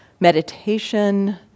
Meditation